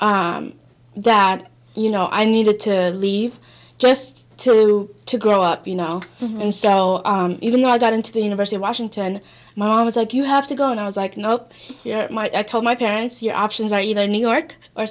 that you know i needed to leave just to to grow up you know and so even though i got into the university of washington my mom was like you have to go and i was like nope my i told my parents your options are you know new york or